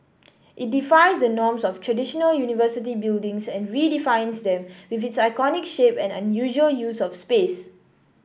it defies the norms of traditional university buildings and redefines them with its iconic shape and unusual use of space